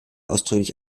ausdrücklich